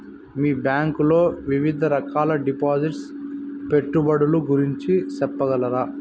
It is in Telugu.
మీ బ్యాంకు లో వివిధ రకాల డిపాసిట్స్, పెట్టుబడుల గురించి సెప్పగలరా?